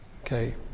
Okay